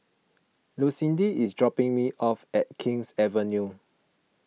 Lucindy is dropping me off at King's Avenue